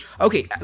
okay